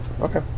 Okay